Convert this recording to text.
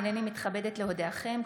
הינני מתכבדת להודיעכם,